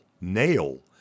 nail